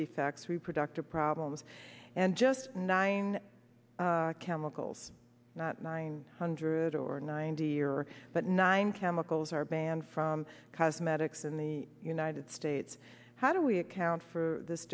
defects reproductive problems and just nine chemicals not nine hundred or ninety year but nine chemicals are banned from cosmetics in the united states how do we account for this